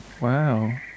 Wow